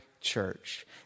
church